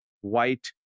white